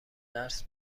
درس